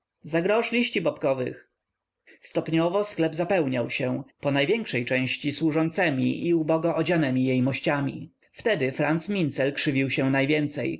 za grosz liści bobkowych stopniowo sklep zapełniał się po największej części służącemi i ubogo odzianemi jejmościami wtedy franc mincel krzywił się najwięcej